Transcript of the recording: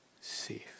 safe